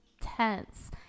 tense